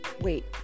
Wait